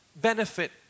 benefit